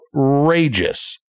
outrageous